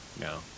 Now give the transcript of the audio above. No